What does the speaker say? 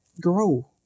grow